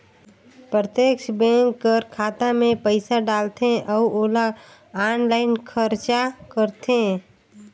प्रत्यक्छ बेंक कर खाता में पइसा डालथे अउ ओला आनलाईन खरचा करथे